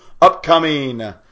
upcoming